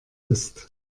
ist